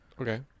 okay